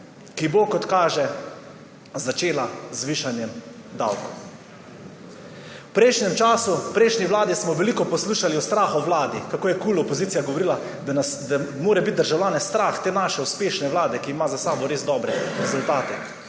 ki bo, kot kaže, začela z višanjem davkov. V prejšnjem času, v prejšnji vladi smo veliko poslušali o strahovladi, kako je opozicija KUL govorila, da mora biti državljane strah te naše uspešne vlade, ki ima za sabo res dobre rezultate.